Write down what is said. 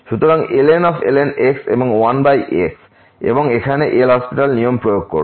সুতরাংln x এবং 1x এবং এখন এখানে LHospital নিয়ম প্রয়োগ করুন